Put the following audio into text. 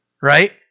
right